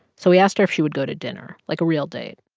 so he asked her if she would go to dinner, like a real date,